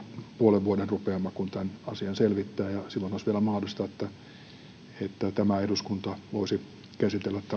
puolen vuoden rupeama kun tämän asian selvittää ja silloin olisi vielä mahdollista että tämä eduskunta voisi käsitellä